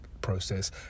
process